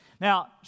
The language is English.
Now